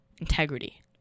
integrity